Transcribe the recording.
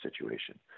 situation